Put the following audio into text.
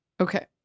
Okay